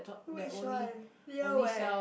which one near where